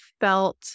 felt